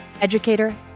educator